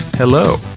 Hello